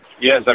Yes